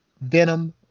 venom